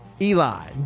Eli